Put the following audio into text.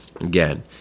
again